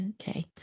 Okay